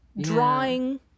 drawing